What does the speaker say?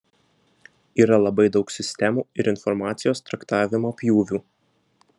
yra labai daug sistemų ir informacijos traktavimo pjūvių